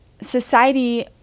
society